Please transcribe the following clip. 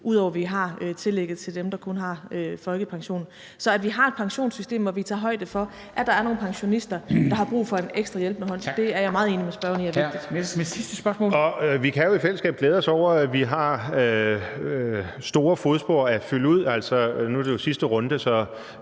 ud over at vi har tillægget til dem, der kun har folkepensionen. Så at vi har et pensionssystem, hvor vi tager højde for, at der er nogle pensionister, der har brug for en ekstra hjælpende hånd, er jeg meget enig med spørgeren i at vi skal have. Kl. 13:30 Formanden (Henrik Dam Kristensen): Hr.